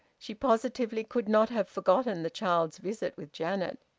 she positively could not have forgotten the child's visit with janet.